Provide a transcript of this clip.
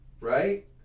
right